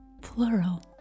Plural